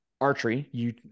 archery—you